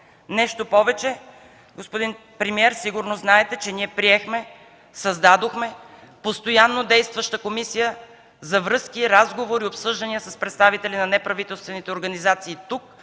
нещо повече – господин премиер, сигурно знаете, че ние приехме, създадохме, постоянно действаща комисия за връзки, разговори, обсъждания с представители на неправителствените организации тук,